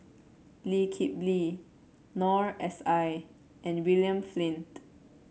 Lee Kip Lee Noor S I and William Flint